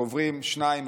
קוברים שניים,